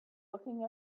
looking